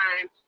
time